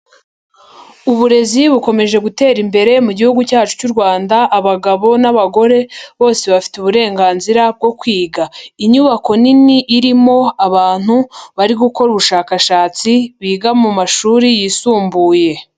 Uburezi bukomeje gutera imbere mu gihugu cyacu cy'u Rwanda, abagabo n'abagore, bose bafite uburenganzira bwo kwiga. Inyubako nini irimo abantu, bari gukora ubushakashatsi biga mu mashuri yisumbuye.